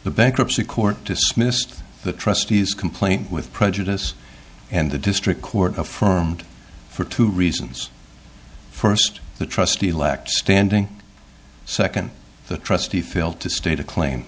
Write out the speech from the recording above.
the bankruptcy court dismissed the trustees complaint with prejudice and the district court affirmed for two reasons first the trustee elect standing second the trustee failed to state a claim